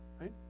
right